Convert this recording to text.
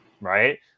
Right